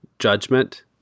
judgment